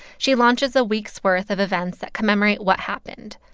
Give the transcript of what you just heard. she launches a week's worth of events that commemorate what happened.